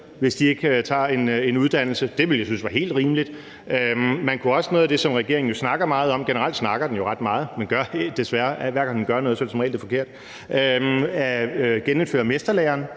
hvis de ikke tager en uddannelse. Det ville jeg synes var helt rimeligt. Man kunne også gøre noget af det, som regeringen jo snakker meget om – generelt snakker den jo ret meget, men når den gør noget, er det desværre som regel det forkerte – altså genindføre mesterlæren.